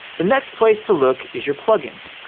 the next place to look is your plugins.